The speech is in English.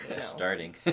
Starting